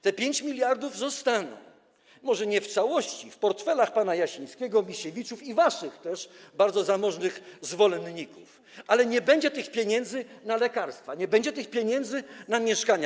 Te 5 mld zostanie, może nie w całości, w portfelach pana Jasińskiego, Misiewiczów i waszych też, bardzo zamożnych zwolenników, ale nie będzie tych pieniędzy na lekarstwa, nie będzie tych pieniędzy na mieszkania.